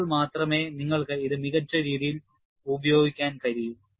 അപ്പോൾ മാത്രമേ നിങ്ങൾക്ക് ഇത് മികച്ച രീതിയിൽ ഉപയോഗിക്കാൻ കഴിയൂ